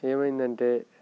ఏమైంది అంటే